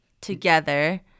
together